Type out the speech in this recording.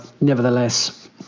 nevertheless